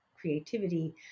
creativity